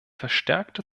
verstärkte